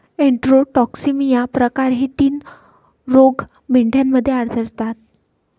enterotoxaemia प्रकार हे तीन रोग मेंढ्यांमध्ये आढळतात